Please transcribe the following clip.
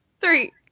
three